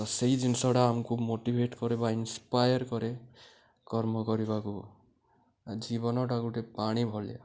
ତ ସେଇ ଜିନିଷଟା ଆମକୁ ମୋଟିଭେଟ୍ କରେ ବା ଇନ୍ସପାୟର୍ କରେ କର୍ମ କରିବାକୁ ଜୀବନଟା ଗୋଟେ ପାଣି ଭଳିଆ